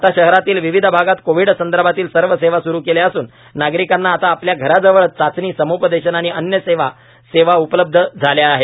आता शहरातील विविध भागात कोव्हिड संदर्भातील सर्व सेवा स्रू केल्या असून नागरिकांना आता आपल्या घराजवळच चाचणी सम्पदेशन आणि अन्य सेवा उपलब्ध झाल्या आहेत